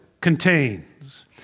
contains